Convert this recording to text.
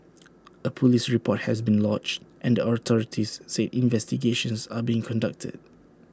A Police report has been lodged and the authorities said investigations are being conducted